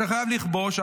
אתה חייב לכבוש.